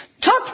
took